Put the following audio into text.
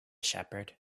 shepherd